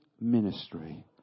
ministry